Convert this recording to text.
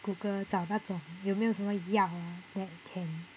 google 找那种有没有什么药 that can